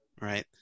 Right